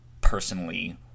personally